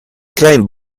klein